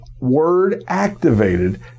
word-activated